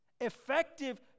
effective